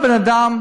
בא בן-אדם,